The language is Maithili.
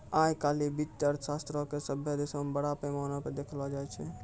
आइ काल्हि वित्तीय अर्थशास्त्रो के सभ्भे देशो मे बड़ा पैमाना पे देखलो जाय छै